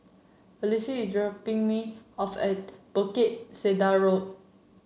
Felicity is dropping me off at Bukit Sedap Road